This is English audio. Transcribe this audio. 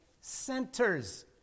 centers